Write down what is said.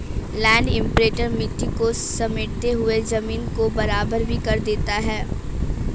land imprinter मिट्टी को समेटते हुए जमीन को बराबर भी कर देता है